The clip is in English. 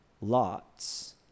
Lot's